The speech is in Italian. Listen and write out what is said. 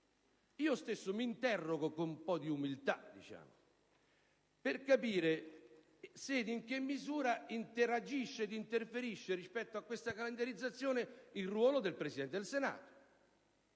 soggetti, mi interrogo con un po' di umiltà sul punto - se ed in che misura interagisce ed interferisce rispetto a questa calendarizzazione il ruolo del Presidente del Senato.